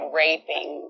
raping